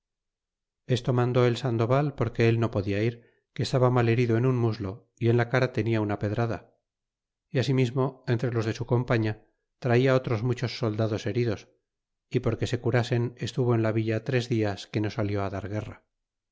esto mandó el sandoval porque él no podia ir que estaba mal herido en un muslo y en la cara tenia una pedrada y asimismo entre los de su compaiia traia otros muchos soldados heridos y porque se curasen estuvo en la villa tres dias que no salió á dar guerra